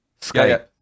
Skype